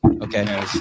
Okay